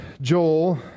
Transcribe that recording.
Joel